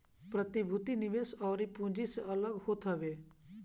प्रतिभूति निवेश अउरी पूँजी से अलग होत हवे